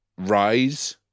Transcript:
Rise